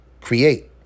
create